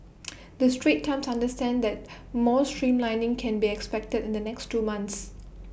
the straits times understands that more streamlining can be expected in the next two months